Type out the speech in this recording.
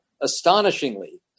astonishingly